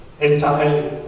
entirely